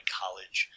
college